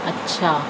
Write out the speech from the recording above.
اچھا